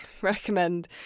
recommend